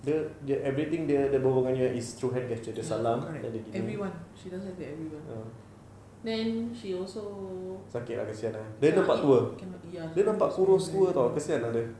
the the everything dia dia berbual dengan you eh is through hand gestures dia salam then dia ah sakit ah kasihan ah dia nampak tua dia nampak kurus tua tahu kasihan lah dia